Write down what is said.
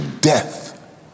death